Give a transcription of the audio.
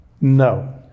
No